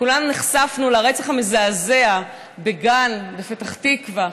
כולנו נחשפנו לרצח המזעזע בגן בפתח תקווה.